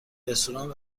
رستوران